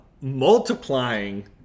multiplying